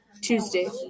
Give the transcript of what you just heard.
Tuesday